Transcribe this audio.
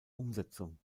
umsetzung